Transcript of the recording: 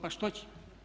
Pa što će?